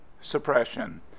suppression